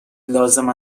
لازم